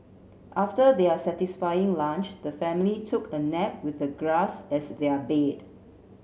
after their satisfying lunch the family took a nap with the grass as their bed